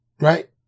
right